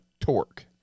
torque